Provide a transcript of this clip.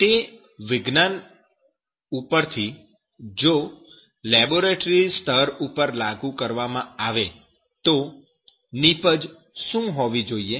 અને તે વિજ્ઞાન ઉપરથી જો લેબોરેટરી સ્તર પર લાગુ કરવામાં આવે તો નીપજ શું હોવી જોઈએ